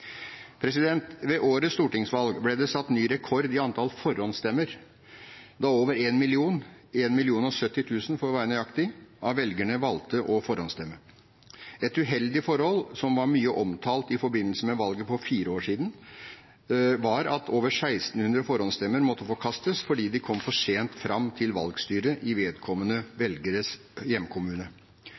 Ved årets stortingsvalg ble det satt ny rekord i antall forhåndsstemmer, da over én million – 1 070 000 for å være nøyaktig – av velgerne valgte å forhåndsstemme. Et uheldig forhold som var mye omtalt i forbindelse med valget for fire år siden, var at over 1 600 forhåndsstemmer måtte forkastes fordi de kom for sent fram til valgstyret i vedkommende velgers hjemkommune.